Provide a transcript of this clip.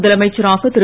முதலமைச்சராக திரு